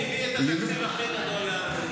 ומי הביא את התקציב הכי גדול להר הזיתים?